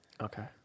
okay